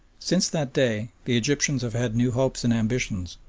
since that day the egyptians have had new hopes and ambitions.